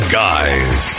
guys